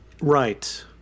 Right